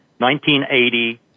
1980